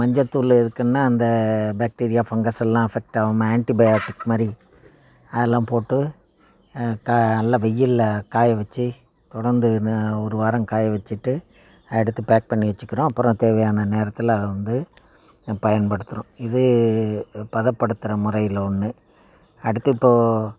மஞ்சத்தூளு எதுக்குன்னா அந்த பேக்டீரியா ஃபங்கஸ் எல்லாம் அஃபெக்ட் ஆகாம ஆன்டிபயாட்டிக் மாதிரி அதலாம் போட்டு த நல்ல வெயிலில் காய வச்சி தொடர்ந்து ந ஒரு வாரம் காய வச்சிட்டு எடுத்து பேக் பண்ணி வச்சிக்கிறோம் அப்புறம் தேவையான நேரத்தில் அதை வந்து பயன்படுத்துகிறோம் இது பதப்படுத்துகிற முறையில் ஒன்று அடுத்தது இப்போ